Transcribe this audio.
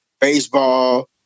Baseball